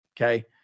Okay